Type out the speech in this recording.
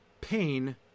pain